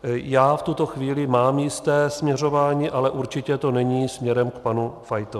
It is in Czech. Já v tuto chvíli mám jisté směřování, ale určitě to není směrem k panu Fajtovi.